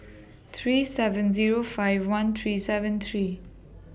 three seven Zero five one three seven three